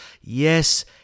Yes